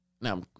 Now